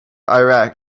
iraq